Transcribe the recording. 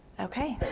okay.